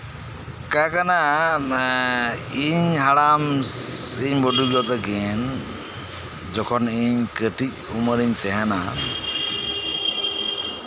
ᱪᱮᱫ ᱠᱟᱱᱟ ᱤᱧ ᱦᱟᱲᱟᱢ ᱤᱧ ᱵᱩᱰᱤ ᱜᱚ ᱛᱟᱹᱠᱤᱱ ᱡᱚᱠᱷᱚᱱ ᱤᱧ ᱠᱟᱹᱴᱤᱡ ᱩᱢᱟᱹᱨ ᱨᱤᱧ ᱛᱟᱦᱮᱱᱟ